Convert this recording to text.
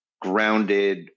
grounded